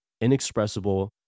inexpressible